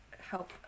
help